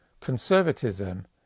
conservatism